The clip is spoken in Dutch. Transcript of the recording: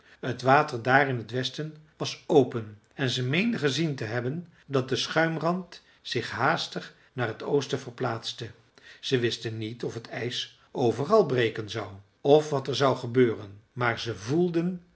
het water daar in t westen was open en ze meenden gezien te hebben dat de schuimrand zich haastig naar t oosten verplaatste ze wisten niet of het ijs overal breken zou of wat er zou gebeuren maar ze voelden